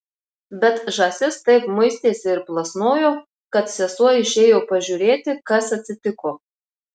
bet žąsis taip muistėsi ir plasnojo kad sesuo išėjo pažiūrėti kas atsitiko